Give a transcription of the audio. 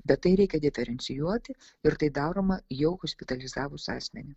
bet tai reikia diferencijuoti ir tai daroma jau hospitalizavus asmenį